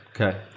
Okay